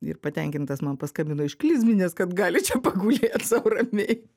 ir patenkintas man paskambino iš klizminės kad gali čia pagulėt sau ramiai